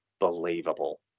believable